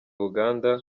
uganda